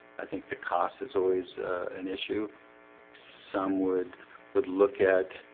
i think the cost is always an issue some would would look at